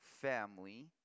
family